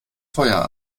feuer